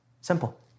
Simple